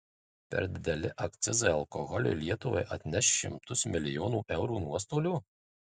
per dideli akcizai alkoholiui lietuvai atneš šimtus milijonų eurų nuostolių